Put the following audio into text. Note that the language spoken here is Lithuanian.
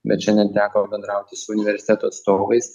bet šiandien teko bendrauti su universiteto atstovais